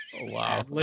wow